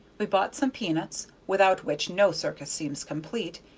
we bought some peanuts, without which no circus seems complete,